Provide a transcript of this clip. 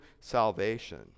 salvation